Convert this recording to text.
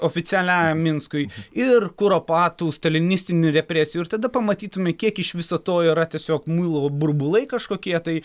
oficialiajam minskui ir kuropatų stalinistinių represijų ir tada pamatytume kiek iš viso to yra tiesiog muilo burbulai kažkokie tai